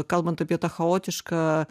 kalbant apie tą chaotišką